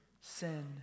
sin